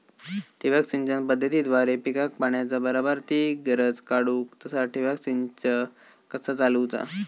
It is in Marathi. ठिबक सिंचन पद्धतीद्वारे पिकाक पाण्याचा बराबर ती गरज काडूक तसा ठिबक संच कसा चालवुचा?